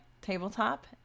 tabletop